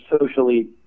socially